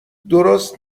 درست